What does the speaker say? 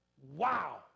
Wow